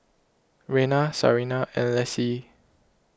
Rena Sarina and Lessie